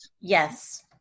Yes